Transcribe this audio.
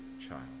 child